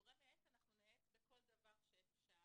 כגורם מייעץ אנחנו נייעץ בכל דבר שאפשר